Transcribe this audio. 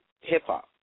hip-hop